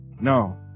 no